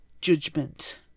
judgment